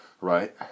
right